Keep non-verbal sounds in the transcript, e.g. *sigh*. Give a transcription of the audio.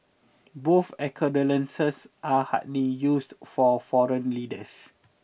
both *unintelligible* are hardly used for foreign leaders